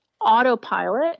autopilot